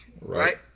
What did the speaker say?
Right